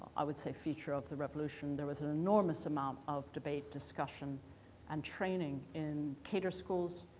i would say, feature of the revolution. there was an enormous amount of debate, discussion and training in cadre schools,